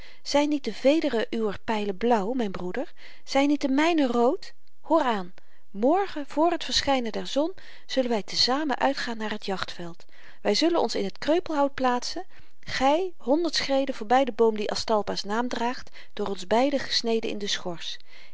zyn niet de vederen uwer pylen blauw myn broeder zyn niet de myne rood hooraan morgen voor t verschynen der zon zullen wy te-zamen uitgaan naar t jachtveld wy zullen ons in het kreupelhout plaatsen gy honderd schreden voorby den boom die aztalpa's naam draagt door ons beiden gesneden in de schors